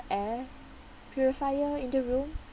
air purifier in the room